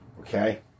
Okay